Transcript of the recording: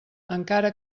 encara